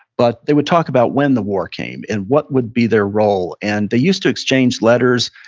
but they would talk about when the war came, and what would be their role. and they used to exchange letters.